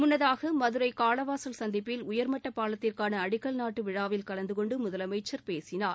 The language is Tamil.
முன்னதாகமதுரைகாளவாசல் சந்திப்பில் உயர்மட்டப்பாலத்திற்கானஅடிக்கல் நாட்டுவிழாவில் கலந்துகொண்டுமுதலமைச்சர் பேசினார்